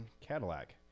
Cadillac